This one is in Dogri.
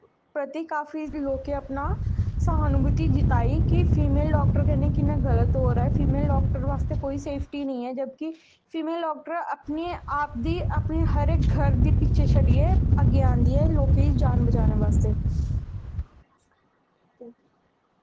दे प्रति काफी लोकें अपना सहानुभुति जताई कि फीमेल डाक्टर कन्नै किन्ना गल्त होआ दा ऐ फीमेल डाक्टर बास्तै कोई सेफ्टी निं ऐ जब कि फीमेल डाक्टर अपने आप गी अपने परिवार गी पिच्चछें छड्डियै अग्गें आंदी ऐ लोकें दी जान बचाने बास्तै